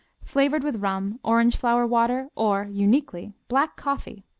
flavored with rum, orange-flower water or, uniquely, black coffee.